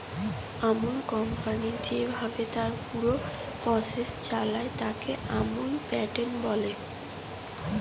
আমূল company যেইভাবে তার পুরো প্রসেস চালায়, তাকে আমূল প্যাটার্ন বলে